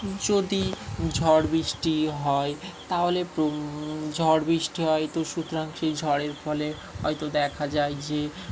যদি ঝড় বৃষ্টি হয় তাহলে ঝড় বৃষ্টি হয় তো সুতরাং সেই ঝড়ের ফলে হয়তো দেখা যায় যে